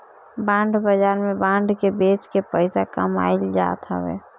bond बाजार में bond के बेच के पईसा कमाईल जात हवे